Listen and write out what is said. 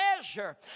measure